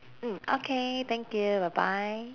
mm okay thank you bye bye